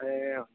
ए हजुर